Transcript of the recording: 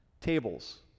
tables